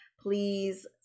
Please